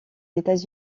états